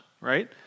right